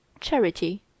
charity